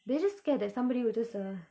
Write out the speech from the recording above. they are just scared that somebody will just uh